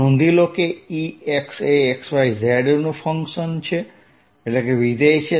નોંધો કે Ex એ x y z નું વિધેય છે